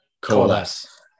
coalesce